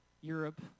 Europe